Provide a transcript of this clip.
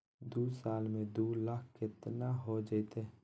दू साल में दू लाख केतना हो जयते?